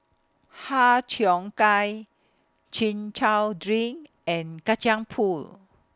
Har Cheong Gai Chin Chow Drink and Kacang Pool